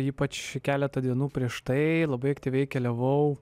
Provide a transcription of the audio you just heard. ypač keletą dienų prieš tai labai aktyviai keliavau